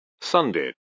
Sunday